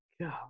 god